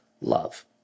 love